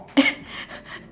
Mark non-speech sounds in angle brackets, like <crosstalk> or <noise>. <laughs>